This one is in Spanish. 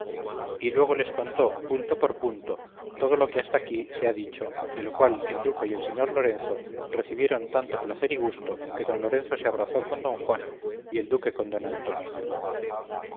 y luego les contó punto por punto todo lo que hasta aquí se ha dicho de lo cual el duque y el señor lorenzo recibieron tanto placer y gusto que don lorenzo se abrazó con don juan y el duque con don antonio